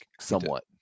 somewhat